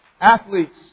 athletes